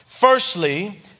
Firstly